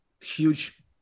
huge